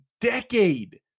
decade